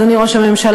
אדוני ראש הממשלה,